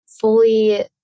fully